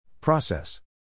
Process